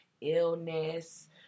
illness